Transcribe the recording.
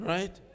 Right